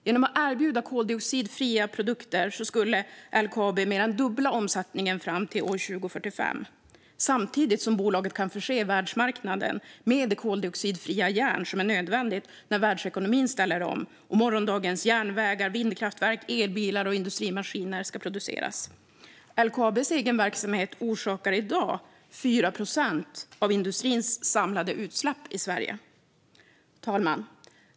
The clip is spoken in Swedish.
Genom att erbjuda koldioxidfria produkter skulle LKAB mer än dubbla omsättningen fram till 2045, samtidigt som bolaget kan förse världsmarknaden med det koldioxidfria järn som är nödvändigt när världsekonomin ställer om och morgondagens järnvägar, vindkraftverk, elbilar och industrimaskiner ska produceras. Fru talman! LKAB:s egen verksamhet orsakar i dag 4 procent av industrins samlade utsläpp i Sverige.